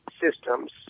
systems